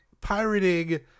pirating